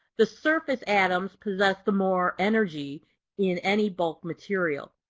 the surface atoms possess the more energy in any bulk material.